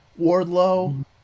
Wardlow